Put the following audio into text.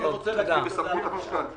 זה בסמכות החשכ"ל.